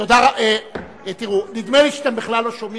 שיטפל בשרים